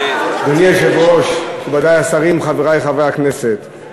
אדוני היושב-ראש, מכובדי השרים, חברי חברי הכנסת,